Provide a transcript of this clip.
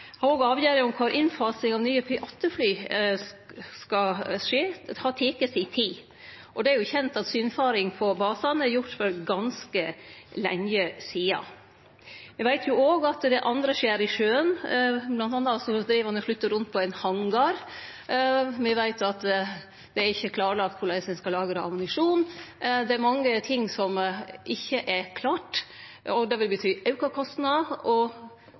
om kvar innfasinga av P8-fly skal skje, teke si tid. Det er kjent at synfaring på basane er gjord for ganske lenge sidan. Eg veit òg at det er andre skjer i sjøen, bl.a. driv ein og flytter rundt på ein hangar. Me veit at det ikkje er klarlagt korleis ein skal lagre ammunisjon. Det er mykje som ikkje er klart, og det vil bety auka kostnader og